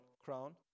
crown